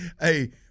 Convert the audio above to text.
Hey